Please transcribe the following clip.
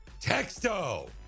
Texto